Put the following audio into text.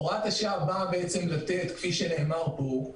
הוראת השעה באה לתת, כפי שנאמר פה,